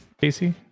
Casey